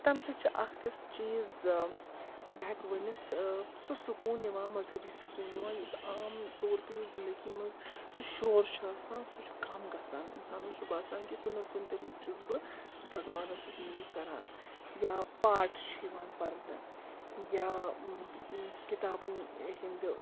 تَمہِ سۭتۍ چھِ اَکھ تِژھ چیٖز بہٕ ہٮ۪کہٕ ؤنِتھ سُہ سکوٗن یِوان مذہبی سکوٗن یِوان یُس عام طور پے یُس زِنٛدگی منٛز سُہ شور چھُ آسان سُہ چھُ کَم گژھان اِنسانَس چھُ باسان کہِ کُنہِ نتہٕ کُنہِ طٔریٖقہٕ چھُس بہٕ بھگوانَس سۭتۍ مُل کَران یا پاٹھ چھُ یِوان پَرنہٕ یا کِتابَن ہٕنٛدِ